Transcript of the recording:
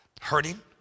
hurting